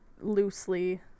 loosely